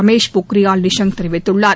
ரமேஷ் பொக்ரியால் தெரிவித்துள்ளார்